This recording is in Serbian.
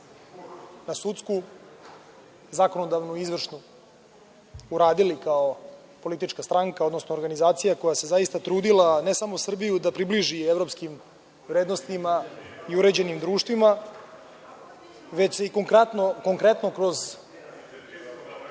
na sudsku, zakonodavnu i izvršnu uradili kao politička stranka, odnosno organizacija koja se zaista trudila, ne samo Srbiju da približi evropskim vrednostima i uređenim društvima, već se i konkretno kroz